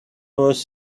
was